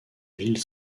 ville